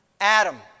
Adam